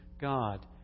God